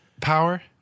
power